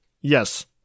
Yes